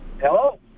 Hello